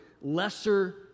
lesser